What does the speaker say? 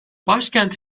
başkent